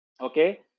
Okay